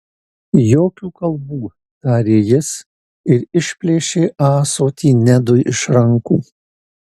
jokių kalbų tarė jis ir išplėšė ąsotį nedui iš rankų